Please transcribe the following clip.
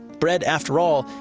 bread after all,